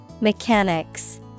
Mechanics